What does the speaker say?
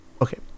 Okay